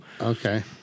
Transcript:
Okay